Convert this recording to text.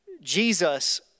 Jesus